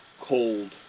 cold